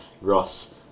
Ross